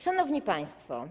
Szanowni Państwo!